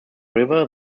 river